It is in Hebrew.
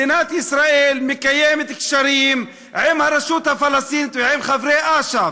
מדינת ישראל מקיימת קשרים עם הרשות הפלסטינית ועם חברי אש"ף.